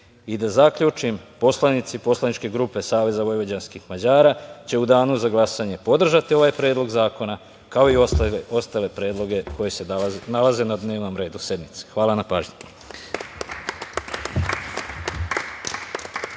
zaključim, poslanici Poslaničke grupe Saveza vojvođanskih Mađara će u danu za glasanje podržati ovaj predlog zakona, kao i ostale predloge koji se nalaze na dnevnom redu sednice. Hvala na pažnji.